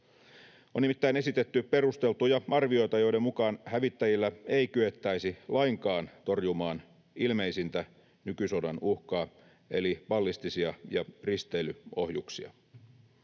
On nimittäin esitetty perusteltuja arvioita, joiden mukaan hävittäjillä ei kyettäisi lainkaan torjumaan ilmeisintä nykysodan uhkaa eli ballistisia ja risteilyohjuksia.